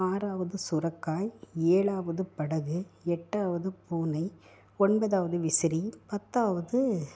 ஆறாவது சுரைக்காய் ஏழாவது படகு எட்டாவது பூனை ஒன்பதாவது விசிறி பத்தாவது